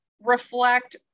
reflect